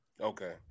Okay